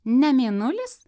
ne mėnulis